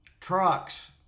trucks